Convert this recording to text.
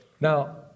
Now